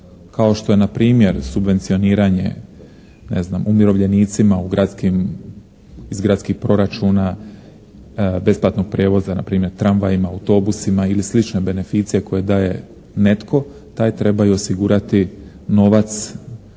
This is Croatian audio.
Kao što je npr. subvencioniranje ne znam umirovljenicima u gradskim, iz gradskih proračuna besplatnog prijevoza npr. tramvajima, autobusima ili slične beneficije koje daje netko taj treba i osigurati novac